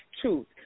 truth